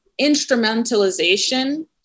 instrumentalization